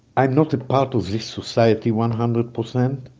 i am not a part of this society one hundred percent,